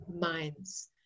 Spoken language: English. minds